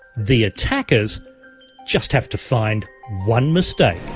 the attackers just have to find one mistake.